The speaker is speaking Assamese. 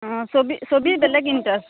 অঁ ছবি ছবি বেলেগ ইনটাৰেষ্ট